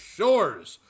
Shores